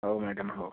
ହେଉ ମ୍ୟାଡ଼ାମ ହେଉ